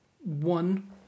One